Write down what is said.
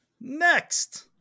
next